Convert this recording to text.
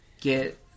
get